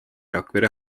rakvere